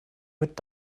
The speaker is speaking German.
mit